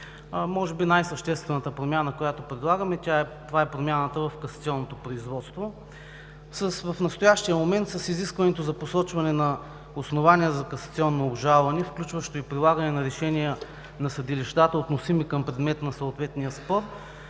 Може би най-съществената промяна, която предлагаме, това е промяната в касационното производство. В настоящия момент с изискването за посочване на основание за касационно обжалване, включващо и прилагане на решения на съдилищата, относими към предмет на съответния спор,